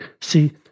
see